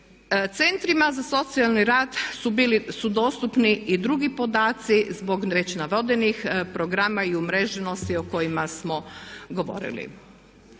Centrima za socijalni rad su dostupni i drugi podaci zbog već navedenih programa i umreženosti o kojima smo govorili.